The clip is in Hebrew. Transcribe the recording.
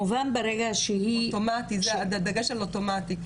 אוטומטי הדגש על אוטומטי.